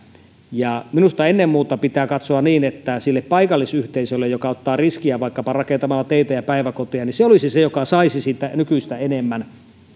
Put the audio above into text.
minusta ennen muuta pitää katsoa niin että se paikallisyhteisö joka ottaa riskiä vaikkapa rakentamalla teitä ja päiväkoteja olisi se joka saisi siitä nykyistä enemmän